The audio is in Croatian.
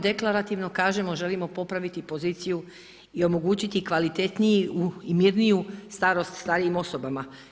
Deklarativno kažemo želimo popraviti poziciju i omogućiti kvalitetniju i mirniju starost starijim osobama.